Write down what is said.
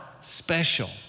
special